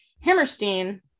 Hammerstein